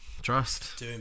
trust